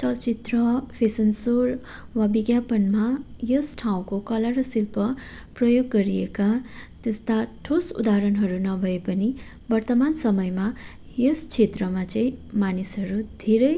चलचित्र fashion show वा विज्ञापनमा यस ठाउँको कला र शिल्प प्रयोग गरिएका त्यस्ता ठोस उदाहरणहरू नभए पनि वर्तमान समयमा यस क्षेत्रमा चाहिँ मानिसहरू धेरै